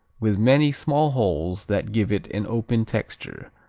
with many small holes that give it an open texture,